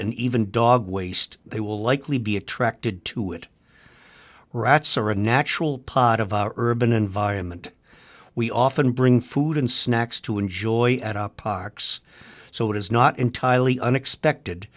and even dog waste they will likely be attracted to it rats are a natural part of our urban environment we often bring food and snacks to enjoy at parks so it is not entirely unexpected